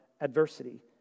adversity